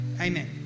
Amen